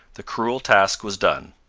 the cruel task was done.